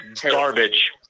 garbage